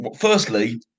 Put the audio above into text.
firstly